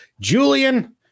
Julian